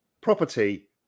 property